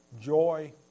joy